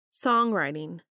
Songwriting